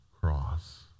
cross